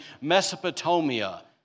Mesopotamia